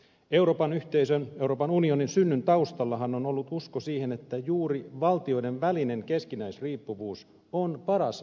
euroopan yhteisön euroopan unionin synnyn taustallahan on ollut usko siihen että juuri valtioiden välinen keskinäisriippuvuus on paras rauhan tae